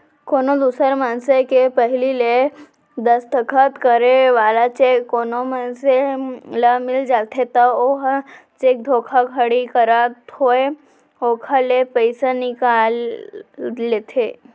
कोनो दूसर मनसे के पहिली ले दस्खत करे वाला चेक कोनो मनसे ल मिल जाथे त ओहा चेक धोखाघड़ी करत होय ओखर ले पइसा निकाल लेथे